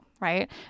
right